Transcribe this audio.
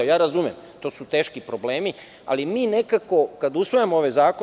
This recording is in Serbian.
Ja razumem, to su teški problemi, ali mi nekako kada usvajamo ove zakone…